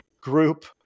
group